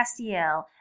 Castiel